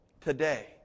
today